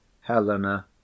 Helena